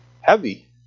heavy